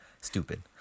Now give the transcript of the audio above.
stupid